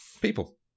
people